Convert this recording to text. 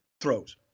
throws